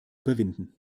überwinden